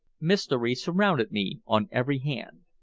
mystery surrounded me on every hand.